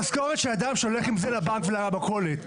משכורת של אדם שהולך עם זה לבנק ולמכולת.